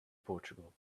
portugal